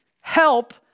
help